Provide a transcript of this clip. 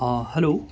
ہاں ہلو